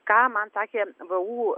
ką man sakė vu